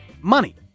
money